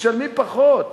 משלמים פחות.